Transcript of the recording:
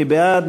מי בעד?